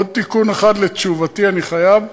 עוד תיקון אחד לתשובתי אני חייב,